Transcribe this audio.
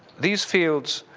these fields